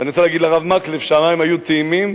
אני רוצה להגיד לרב מקלב שהמים היו טעימים